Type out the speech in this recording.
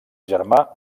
germà